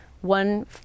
one